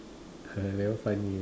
that one funny ah